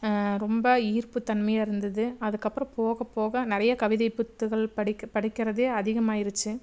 ரொம்ப ஈர்ப்பு தன்மையாக இருந்தது அதுக்கப்புறம் போக போக நிறைய கவிதை புத்தகம் படிக்க படிக்கிறதே அதிகமாகிருச்சி